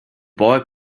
boy